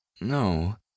No